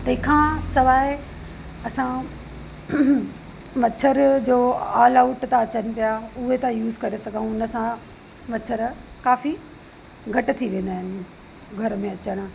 तंहिंखां सवाइ असां मच्छर जो ऑलआउट त अचनि पिया उहो त यूज़ करे सघूं इन सां मच्छर काफ़ी घटि थी वेंदा आहिनि घर में अचण